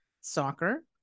soccer